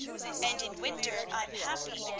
and in winter i'm happy,